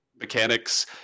mechanics